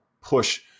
push